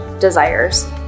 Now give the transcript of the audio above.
desires